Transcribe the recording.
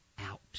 out